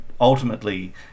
ultimately